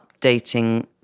updating